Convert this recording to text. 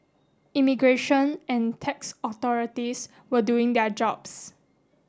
immigration and tax authorities were doing their jobs